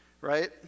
right